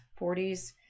40s